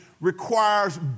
Requires